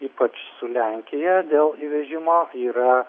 ypač su lenkija dėl įvežimo yra